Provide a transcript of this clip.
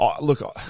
Look